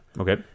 Okay